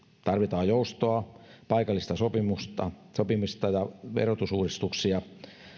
tarvitaan joustoa paikallista sopimista sopimista ja verotusuudistuksia